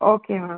okay ma'am